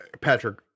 Patrick